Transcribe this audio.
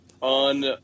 on